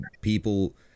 people